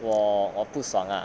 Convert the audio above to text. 我我不爽 ah